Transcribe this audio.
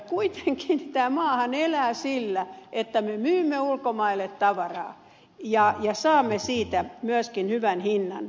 kuitenkin tämä maahan elää sillä että me myymme ulkomaille tavaraa ja saamme siitä myöskin hyvän hinnan